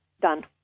done